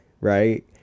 right